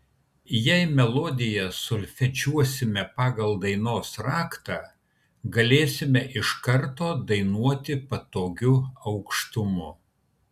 jei melodiją solfedžiuosime pagal dainos raktą galėsime iš karto dainuoti patogiu aukštumu